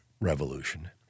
Revolution